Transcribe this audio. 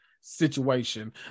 situation